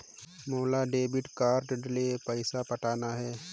मोला debit card ले पइसा पटाना हे?